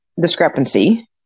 discrepancy